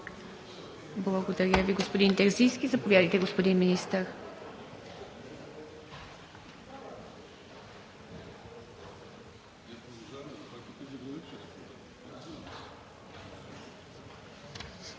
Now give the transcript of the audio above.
Благодаря Ви, господин Терзийски. Заповядайте, господин Министър.